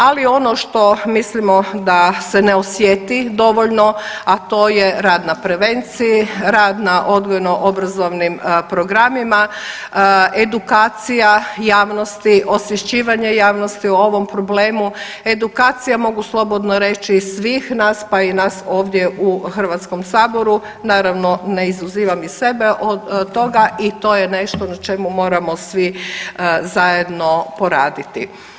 Ali ono što mislimo da se ne osjeti dovoljno, a to je rad na prevenciji, rad na odgojno obrazovnim programima, edukacija javnosti, osvješćivanje javnosti o ovom problemu, edukacija mogu slobodno reći svih nas, pa i nas ovdje u HS, naravno ne izuzimam i sebe od toga i to je nešto na čemu moramo svi zajedno poraditi.